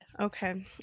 Okay